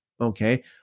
okay